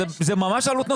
זאת ממש עלות נוספת.